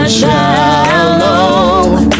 shallow